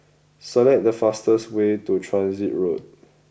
select the fastest way to Transit Road